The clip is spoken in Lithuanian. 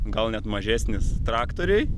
gal net mažesnis traktoriuj